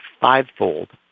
fivefold